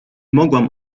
mogłam